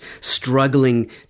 struggling